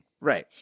Right